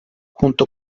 junto